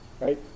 Right